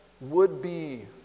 would-be